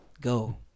go